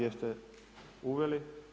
Jeste uveli?